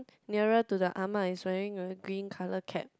nearer to the ah ma is wearing a green colour cap